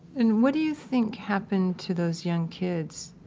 and what do you think happened to those young kids?